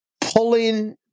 Pulling